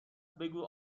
بگو